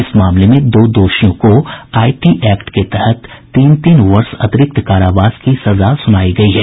इस मामले में दो दोषियों को आईटी एक्ट के तहत तीन तीन वर्ष अतिरिक्त कारावास की सजा भी सुनायी गयी है